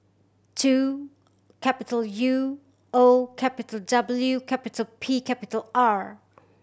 two capital U O capital W capital P capital R